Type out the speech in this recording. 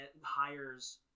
hires